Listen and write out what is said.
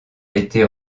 été